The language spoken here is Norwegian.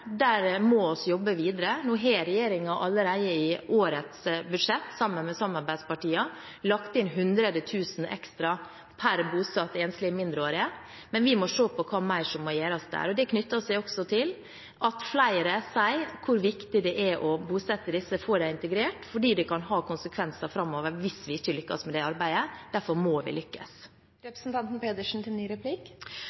Der må vi jobbe videre. Nå har regjeringen sammen med samarbeidspartiene allerede i årets budsjett lagt inn 100 000 kr ekstra per bosatt enslig mindreårig, men vi må se på hva mer som må gjøres. Det er også knyttet til at flere sier det er viktig å bosette dem og få dem integrert, for det kan ha konsekvenser framover hvis vi ikke lykkes med det arbeidet. Derfor må vi